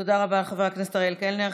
תודה רבה לחבר הכנסת אריאל קלנר.